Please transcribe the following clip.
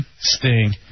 sting